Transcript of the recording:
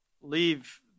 leave